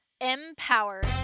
empowered